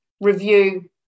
review